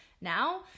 now